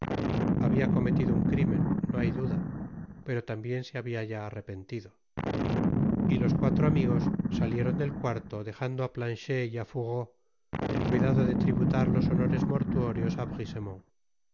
decencia habiacometido un crimen no bay duda pero tambien se habia ya arrepentido y los cuatro amigos salieron del cuarto dejando á planchet y á fourreau el cuidado de tributar los honores mortuorios a